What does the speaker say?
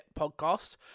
podcast